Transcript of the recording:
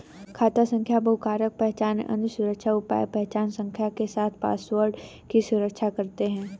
खाता संख्या बहुकारक पहचान, अन्य सुरक्षा उपाय पहचान संख्या के साथ पासवर्ड की सुरक्षा करते हैं